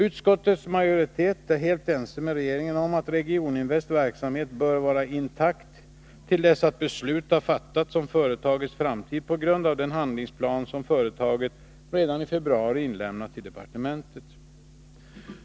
Utskottets majoritet är helt enig med regeringen om att Regioninvests verksamhet bör vara intakt till dess att beslut har fattats om företagets framtid på grund av den handlingsplan som företaget redan i februari inlämnat till departementet.